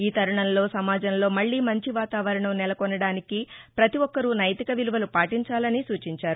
ఈతరుణంలో సమాజంలో మళ్ళీ మంచి వాతావరణం నెలకొనడానికి పతి ఒక్కరూ నైతిక విలువలు పాటించాలని సూచించారు